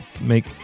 make